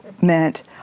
meant